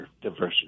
diversity